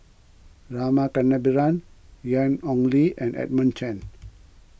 Rama Kannabiran Ian Ong Li and Edmund Chen